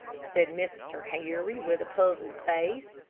said mr. harry, with a puzzled face.